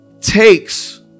takes